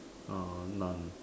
uh none